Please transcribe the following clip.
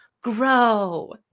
grow